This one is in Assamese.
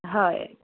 হয়